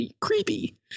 creepy